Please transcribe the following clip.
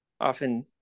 often